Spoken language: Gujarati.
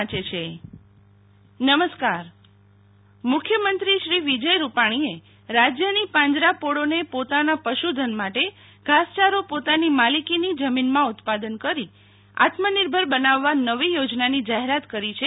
પાંજરાપોળ મુખ્યમંત્રી શ્રી વિજય રૂપાણીએ રાજ્યની પાંજરાપોળોને પોતાના પશુધન માટે ધાસયારો પોતાની માલિકીની જમીનમાં ઉત્પાદન કરી આત્મનિર્ભર બનાવવા નવી યોજનાની જાહેરાત કરી છે